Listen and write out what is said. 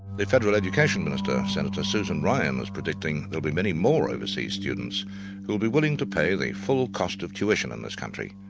the federal education minister, senator susan ryan, was predicting there'll be many more overseas students who'll be willing to pay the full cost of tuition in this country.